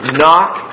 knock